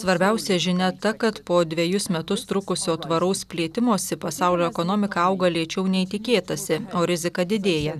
svarbiausia žinia ta kad po dvejus metus trukusio tvaraus plėtimosi pasaulio ekonomika auga lėčiau nei tikėtasi o rizika didėja